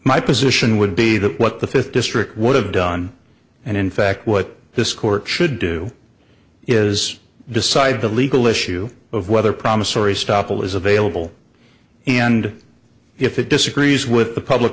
my position would be that what the fifth district would have done and in fact what this court should do is decide the legal issue of whether promissory estoppel is available and if it disagrees with the public